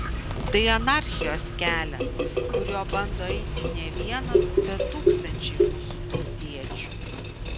tai anarchijos kelias kuriuo bando eiti ne vienas bet tūkstančiai mūsų tautiečių